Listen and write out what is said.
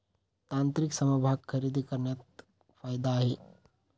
तांत्रिक समभाग खरेदी करण्यात फायदा आहे